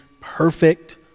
perfect